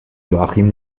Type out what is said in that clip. joachim